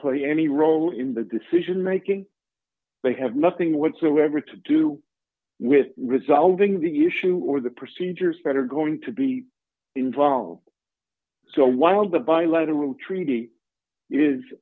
play any role in the decision making they have nothing whatsoever to do with resulting the issue or the procedures that are going to be involved so while the bilateral treaty is